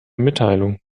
mitteilungen